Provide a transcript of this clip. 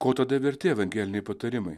ko tada verti evangeliniai patarimai